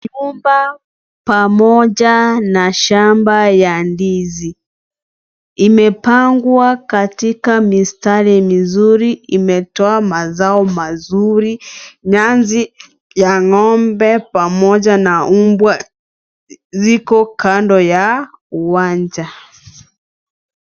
Nyumba pamoja na shamba ya ndizi, imepangwa katika mistari mizuri imetoa mazao mazuri, nyasi ya ng'ombe pamoja na mbwa ziko kando ya uwanja.